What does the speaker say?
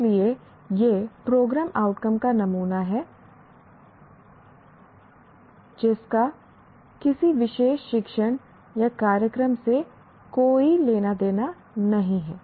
इसलिए यह programme outcome का नमूना है जिसका किसी विशेष शिक्षण या कार्यक्रम से कोई लेना देना नहीं है